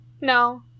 No